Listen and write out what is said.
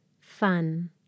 fun